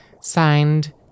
Signed